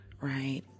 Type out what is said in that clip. right